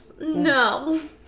No